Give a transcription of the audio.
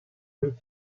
louis